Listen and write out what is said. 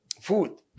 food